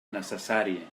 necessari